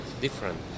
different